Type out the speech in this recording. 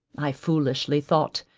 i foolishly thought,